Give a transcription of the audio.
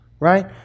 right